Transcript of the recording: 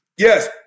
Yes